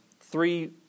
three